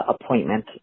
appointment